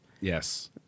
Yes